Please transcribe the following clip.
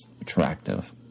attractive